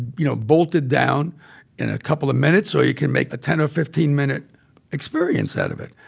you know, bolt it down in a couple of minutes or you can make a ten or fifteen minute experience out of it.